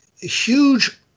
huge